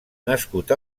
nascut